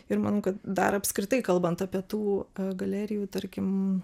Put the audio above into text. ir manau kad dar apskritai kalbant apie tų galerijų tarkim